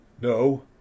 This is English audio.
No